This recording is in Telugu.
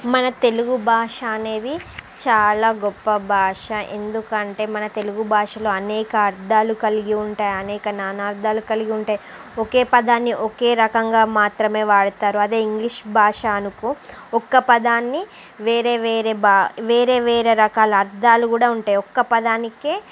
మన తెలుగు భాష అనేది చాలా గొప్ప భాష ఎందుకంటే మన తెలుగు భాషలో అనేక అర్ధాలు కలిగి ఉంటాయి అనేక నానార్ధాలు కలిగి ఉంటాయి ఒకే పదాన్ని ఒకే రకంగా మాత్రమే వాడుతారు అదే ఇంగ్లీష్ భాష అనుకో ఒక పదాన్ని వేరే వేరే భా వేరే వేరే రకాల అర్థాలు కూడా ఉంటాయి ఒక పదానికి